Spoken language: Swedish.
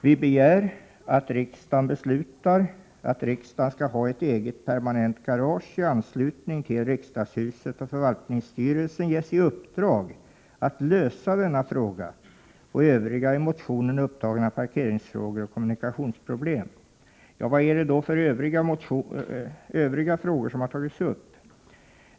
Vi begär ”att riksdagen beslutar att riksdagen skall ha ett eget permanent garage i anslutning till riksdagshuset och att förvaltningsstyrelsen ges i uppdrag att lösa denna fråga och övriga i motionen upptagna parkeringsfrågor och kommunikationsproblem”. Vilka övriga frågor har då tagits upp?